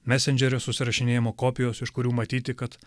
mesendžerio susirašinėjimo kopijos iš kurių matyti kad